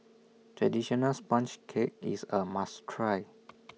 Traditional Sponge Cake IS A must Try